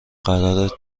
قرارت